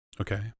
Okay